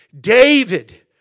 David